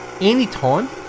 Anytime